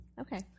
Okay